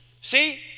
See